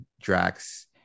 Drax